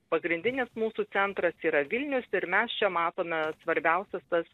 pagrindinis mūsų centras yra vilnius ir mes čia matome svarbiausias tas